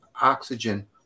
oxygen